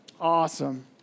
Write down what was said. Awesome